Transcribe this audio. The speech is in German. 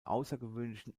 außergewöhnlichen